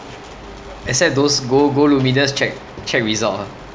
except those go go lumiNUS check check result ha